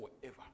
forever